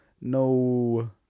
no